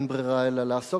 אין ברירה אלא להנהיג